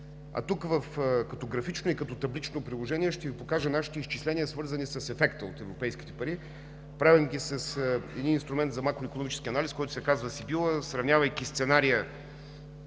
А тук, като графично и като таблично приложение (показва), ще Ви покажа нашите изчисления, свързани с ефекта от европейските пари. Правим ги с един инструмент за макроикономически анализ, който се казва СИБИЛА, сравнявайки сценария